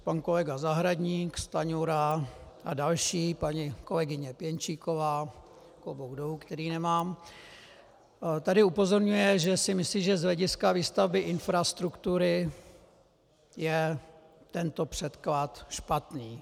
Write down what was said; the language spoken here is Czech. Pan kolega Zahradník, Stanjura a další, paní kolegyně Pěnčíková klobouk dolů, který nemám, tady upozorňují, že si myslí, že z hlediska výstavby infrastruktury je tento předklad špatný.